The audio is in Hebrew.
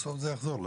בסוף זה יחזור לאוצר.